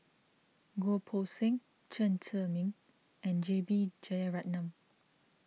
Goh Poh Seng Chen Zhiming and J B Jeyaretnam